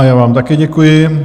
Já vám také děkuji.